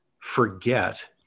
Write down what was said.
forget